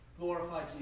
glorify